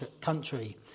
country